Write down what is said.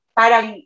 parang